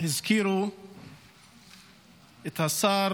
הזכירו את השר